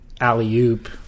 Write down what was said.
alley-oop